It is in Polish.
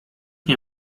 nie